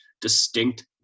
distinct